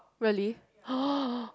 really